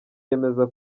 yemeza